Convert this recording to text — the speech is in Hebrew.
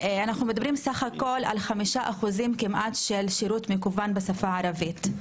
אנחנו מדברים בסך הכול על כ-5% שירות מקוון בשפה הערבית.